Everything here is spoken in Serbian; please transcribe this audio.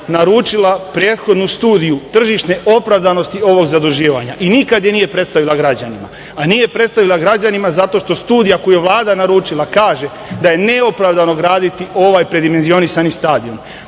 naručila prethodnu studiju tržišne opravdanosti ovog zaduživanja i nikada je nije predstavila građanima, a nije predstavila građanima zato što studija koju je Vlada naručila kaže da je neopravdano graditi ovaj predimenzionisani stadion.U